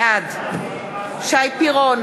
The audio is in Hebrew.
בעד שי פירון,